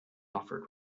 offered